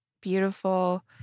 beautiful